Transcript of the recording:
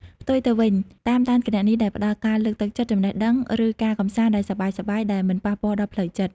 ផ្ទុយទៅវិញ តាមដានគណនីដែលផ្តល់ការលើកទឹកចិត្ត ចំណេះដឹង ឬការកម្សាន្តដែលសប្បាយៗដែលមិនប៉ះពាល់ដល់ផ្លូវចិត្ត។